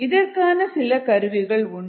இதற்கான சில கருவிகள் உண்டு